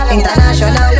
International